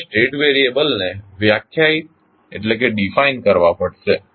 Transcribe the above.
તમારે state variable ને વ્યાખ્યાયિત કરવા પડશે